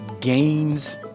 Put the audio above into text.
Gains